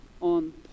on